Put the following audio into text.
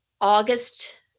August